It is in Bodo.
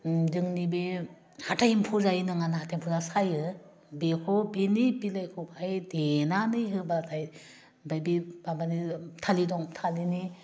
जोंनि बे हाथाइ एम्फौ जायो नङा ना हाथाइ एम्फौवा सायो बेखौ बेनि बिलाइखौहाय देनानै होबाथाय बेहाय बे माबानि थालिर दं थालिरनि